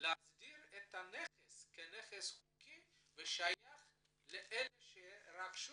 להסדיר את הנכס כנכס חוקי ושייך לאלה שרכשו.